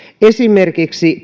esimerkiksi